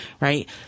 right